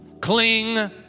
cling